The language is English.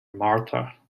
martha